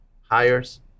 hires